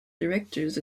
directors